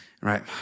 Right